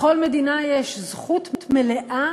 לכל מדינה יש זכות מלאה